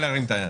להרים את היד.